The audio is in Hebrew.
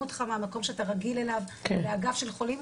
בדרך כלל גם מניידים אותך מהמקום שאתה רגיל אליו לאגף של חולים.